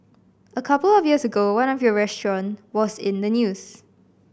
a couple of years ago one of your restaurants was in the news